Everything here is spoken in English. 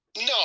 No